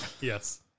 Yes